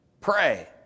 pray